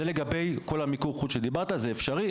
זה לגבי כל מיקור החוץ שדיברת עליו זה אפשרי,